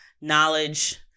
knowledge